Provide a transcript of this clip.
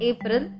April